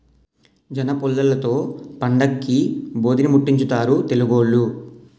జనపుల్లలతో పండక్కి భోధీరిముట్టించుతారు తెలుగోళ్లు